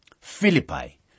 Philippi